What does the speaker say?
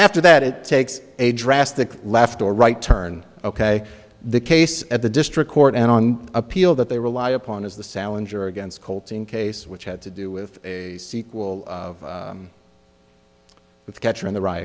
after that it takes a drastic left or right turn ok the case at the district court and on appeal that they rely upon is the salinger against colton case which had to do with a sequel with catcher in the rye